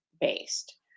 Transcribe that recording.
based